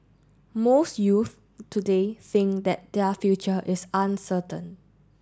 most youth today think that their future is uncertain